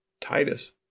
Titus